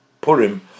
Purim